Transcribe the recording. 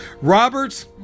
Roberts